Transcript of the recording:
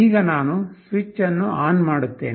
ಈಗ ನಾನು ಸ್ವಿಚ್ ಅನ್ನು ಆನ್ ಮಾಡುತ್ತೇನೆ